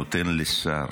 שנותן לשר